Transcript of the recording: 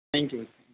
thank you